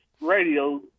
radio